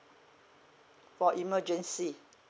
for emergency